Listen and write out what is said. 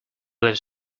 lives